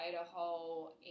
Idaho